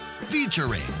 Featuring